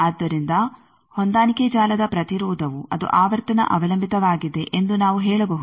ಆದ್ದರಿಂದ ಹೊಂದಾಣಿಕೆ ಜಾಲದ ಪ್ರತಿರೋಧವು ಅದು ಆವರ್ತನ ಅವಲಂಬಿತವಾಗಿದೆ ಎಂದು ನಾವು ಹೇಳಬಹುದು